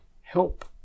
help